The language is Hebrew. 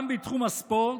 גם בתחום הספורט,